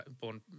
born